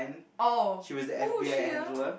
oh who is she ah